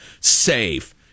safe